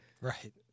Right